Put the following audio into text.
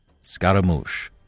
Scaramouche